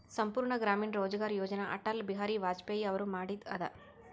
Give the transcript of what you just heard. ಸಂಪೂರ್ಣ ಗ್ರಾಮೀಣ ರೋಜ್ಗಾರ್ ಯೋಜನ ಅಟಲ್ ಬಿಹಾರಿ ವಾಜಪೇಯಿ ಅವರು ಮಾಡಿದು ಅದ